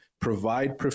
provide